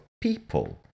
people